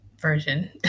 version